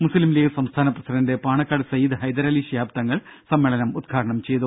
മുസ്ലിറലീഗ് സംസ്ഥാന പ്രസിഡന്റ് പാണക്കാട് സയ്യിദ് ഹൈദരലി ശിഹാബ് തങ്ങൾ സമ്മേളനം ഉദ്ഘാടനം ചെയ്തു